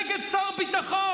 נגד שר הביטחון,